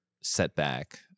setback